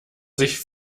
sich